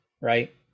right